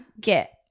get